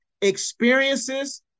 experiences